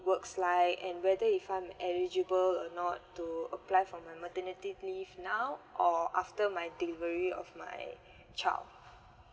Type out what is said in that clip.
works like and whether if I'm eligible or not to apply for my maternity leave now or after my delivery of my child